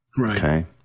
Okay